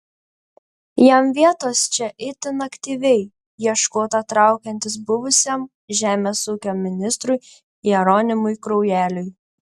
jam vietos čia itin aktyviai ieškota traukiantis buvusiam žemės ūkio ministrui jeronimui kraujeliui